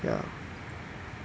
ya